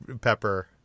Pepper